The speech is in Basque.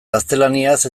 gaztelaniaz